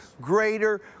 greater